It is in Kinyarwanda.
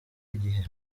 igihe